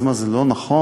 אז מה, זה לא נכון?